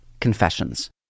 Confessions